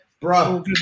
bro